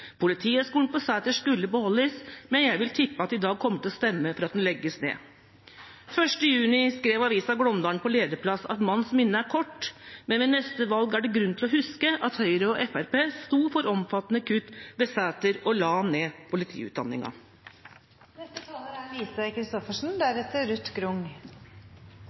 Politihøgskolen på Sæter skulle beholdes. Men jeg vil tippe at de i dag kommer til å stemme for at den legges ned. Den 1. juni skrev avisen Glåmdalen på lederplass at «[m]anns minne er kort», men at det ved neste valg er «grunn til å huske at Høyre og FrP sto for omfattende kutt ved politihøyskolen på Sæter». De la ned